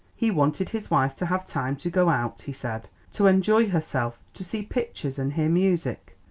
he wanted his wife to have time to go out, he said to enjoy herself to see pictures and hear music.